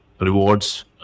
rewards